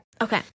okay